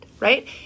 Right